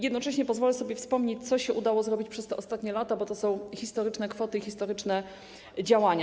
Jednocześnie pozwolę sobie wspomnieć, co się udało zrobić przez te ostatnie lata, bo to są historyczne kwoty i historyczne działania.